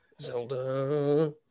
zelda